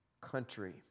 country